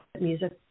music